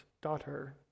daughter